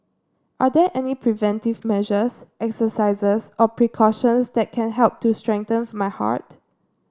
are there any preventive measures exercises or precautions that can help to strengthen my heart